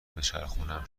بچرخونم